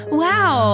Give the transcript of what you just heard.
wow